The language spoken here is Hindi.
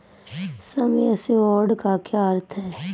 सम एश्योर्ड का क्या अर्थ है?